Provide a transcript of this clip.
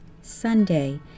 Sunday